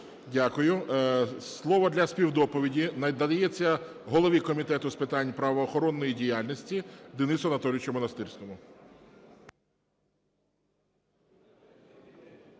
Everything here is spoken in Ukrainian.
Дякую. Слово для співдоповіді надається голові Комітету з питань правоохоронної діяльності Денису Анатолійовичу Монастирському.